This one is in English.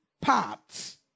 parts